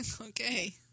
Okay